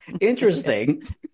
interesting